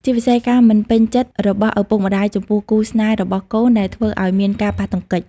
ជាពិសេស ការមិនពេញចិត្តរបស់ឪពុកម្តាយចំពោះគូស្នេហ៍របស់កូនដែលធ្វើឲ្យមានការប៉ះទង្គិច។